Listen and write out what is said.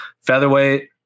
Featherweight